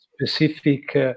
specific